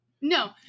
No